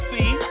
See